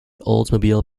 oldsmobile